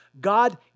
God